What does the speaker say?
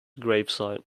gravesite